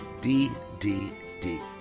ddd